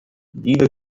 liebe